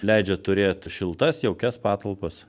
leidžia turėt šiltas jaukias patalpas